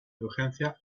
urgencia